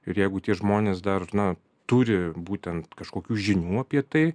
ir jeigu tie žmonės dar na turi būtent kažkokių žinių apie tai